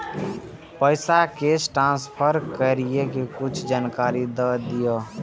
पैसा cash transfer करऐ कि कुछ जानकारी द दिअ